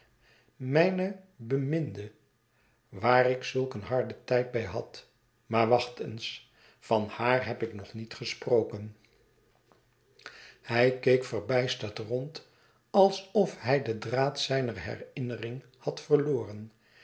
mijne beminde waar ik zulk een harden tijd bij had maar wacht eens van haar heb ik nog niet gesproken hij keek verbijsterd rond alsof hij den draad zijner herinnering had verloren